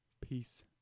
Peace